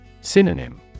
Synonym